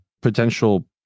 potential